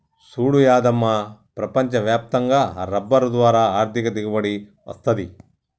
సూడు యాదమ్మ ప్రపంచ వ్యాప్తంగా రబ్బరు ద్వారా ఆర్ధిక దిగుబడి వస్తది